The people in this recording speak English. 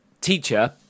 teacher